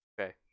Okay